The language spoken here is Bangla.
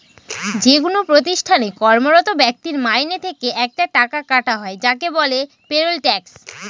যেকোনো প্রতিষ্ঠানে কর্মরত ব্যক্তির মাইনে থেকে একটা টাকা কাটা হয় যাকে বলে পেরোল ট্যাক্স